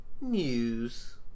News